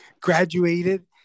graduated